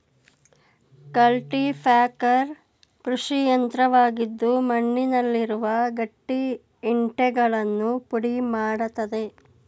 cultipacker ಕೃಷಿಯಂತ್ರವಾಗಿದ್ದು ಮಣ್ಣುನಲ್ಲಿರುವ ಗಟ್ಟಿ ಇಂಟೆಗಳನ್ನು ಪುಡಿ ಮಾಡತ್ತದೆ